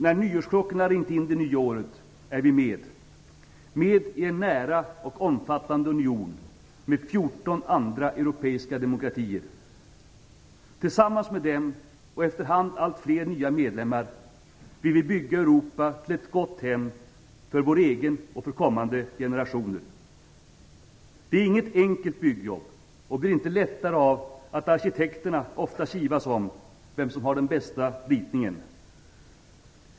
När nyårsklockorna ringt in det nya året är vi med - med i en nära och omfattande union med 14 andra europeiska demokratier. Tillsammans med dem och, efter hand, allt fler nya medlemmar vill vi bygga Europa till ett gott hem för vår egen och för kommande generationer. Det är inget enkelt byggjobb och blir inte lättare av att "arkitekterna" ofta kivas om vem som har den bästa ritningen.